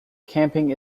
camping